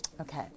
Okay